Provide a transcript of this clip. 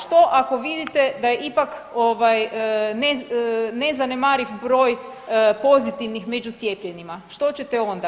Što ako vidite da je ipak ne zanemariv broj pozitivnih među cijepljenima, što ćete onda?